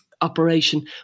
operation